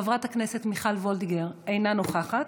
חברת הכנסת מיכל וולדיגר, אינה נוכחת,